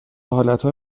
حالتهای